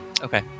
okay